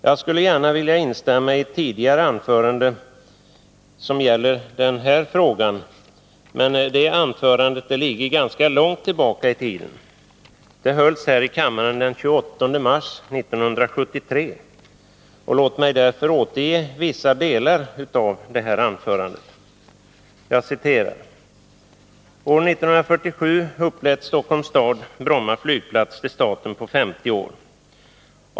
Jag skulle gärna vilja instämma i ett tidigare anförande som gäller den här frågan, men detta anförande ligger ganska långt tillbaka i tiden — det hölls här i kammaren den 28 mars 1973. Låt mig därför återge vissa delar av anförandet: ”1947 upplät Stockholms stad Bromma flygplats till staten på 50 år.